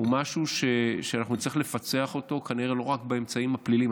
הוא משהו שאנחנו נצטרך לפצח אותו כנראה לא רק באמצעים הפליליים.